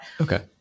okay